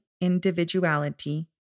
individuality